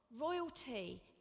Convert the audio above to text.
royalty